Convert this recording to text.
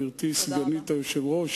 גברתי סגנית היושב-ראש.